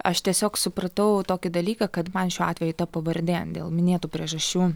aš tiesiog supratau tokį dalyką kad man šiuo atveju ta pavardė dėl minėtų priežasčių